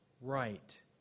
right